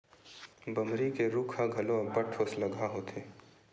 बमरी के रूख ह घलो अब्बड़ ठोसलगहा होथे